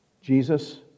Jesus